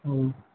ہوں